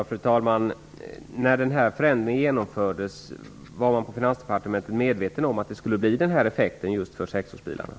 Fru talman! När förändringen genomfördes, var man då på Finansdepartementet medveten om effekten avseende bilar som är sex år eller äldre?